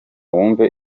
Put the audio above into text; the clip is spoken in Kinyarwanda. wumve